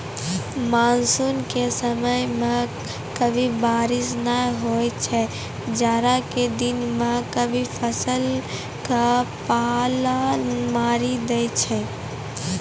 monsoon के समय मॅ कभी बारिश नाय होय छै, जाड़ा के दिनों मॅ कभी फसल क पाला मारी दै छै